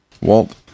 Walt